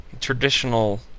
traditional